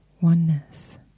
oneness